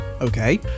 Okay